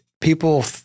people